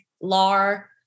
LAR